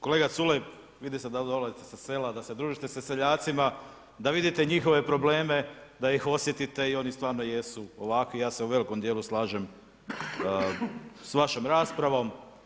Kolega Culej, vidi se da dolazite sa sela, da se družite sa seljacima, da vidite njihove probleme, da ih osjetite i oni stvarno jesu ovakvi, ja se u velikom dijelu slažem s vašom raspravom.